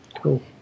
cool